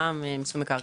מע"מ ומיסוי מקרקעין.